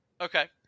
Okay